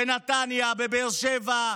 בנתניה, בבאר שבע,